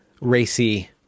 racy